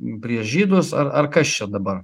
prieš žydus ar kas čia dabar